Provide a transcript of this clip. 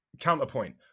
Counterpoint